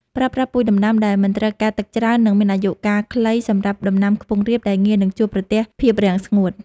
ប្រើប្រាស់ពូជដំណាំដែលមិនត្រូវការទឹកច្រើន និង មានអាយុកាលខ្លីសម្រាប់តំបន់ខ្ពង់រាបដែលងាយនឹងជួបប្រទះភាពរាំងស្ងួត។